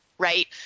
Right